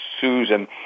Susan